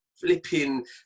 flipping